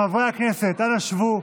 חברי הכנסת, אנא, שבו.